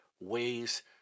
ways